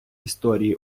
історії